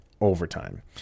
overtime